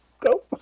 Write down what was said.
go